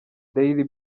daily